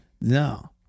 No